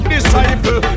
Disciple